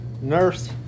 nurse